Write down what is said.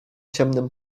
ciemnym